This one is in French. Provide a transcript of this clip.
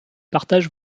partage